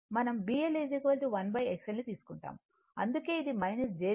మనం BL1XLను తీసుకుంటాము అందుకే ఇది j B L